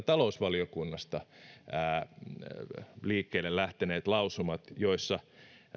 talousvaliokunnasta liikkeelle lähteneet lausumat joissa